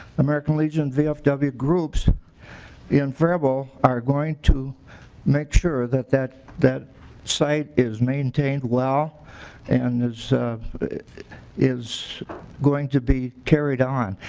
american legion vfw groups in faribault are going to make sure that that site is maintained well and is is going to be carried on.